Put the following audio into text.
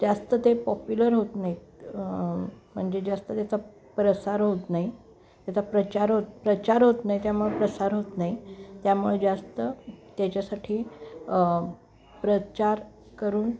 जास्त ते पॉप्युलर होत नाही म्हणजे जास्त त्याचा प्रसार होत नाही त्याचा प्रचार होत प्रचार होत नाही त्यामुळं प्रसार होत नाही त्यामुळे जास्त त्याच्यासाठी प्रचार करून